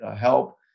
help